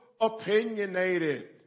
opinionated